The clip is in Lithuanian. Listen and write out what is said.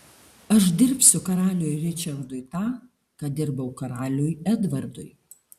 aš dirbsiu karaliui ričardui tą ką dirbau karaliui edvardui